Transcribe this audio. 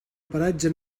paratge